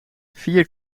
vier